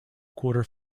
quarter